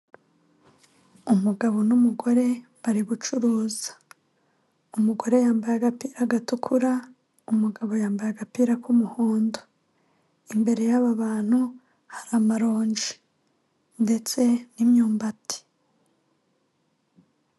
Umugabo n'umugore bari gucuruza. Umugore yambaye agapira gatukura, umugabo yambaye agapira k'umuhondo. Imbere y'aba bantu hari amaronji ndetse n'imyumbati.